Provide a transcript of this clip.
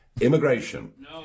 immigration